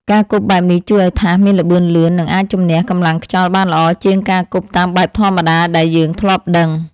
ការគប់បែបនេះជួយឱ្យថាសមានល្បឿនលឿន និងអាចជម្នះកម្លាំងខ្យល់បានល្អជាងការគប់តាមបែបធម្មតាដែលយើងធ្លាប់ដឹង។